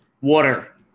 Water